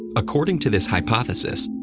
according to this hypothesis,